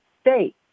state